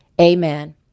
amen